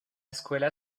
escuela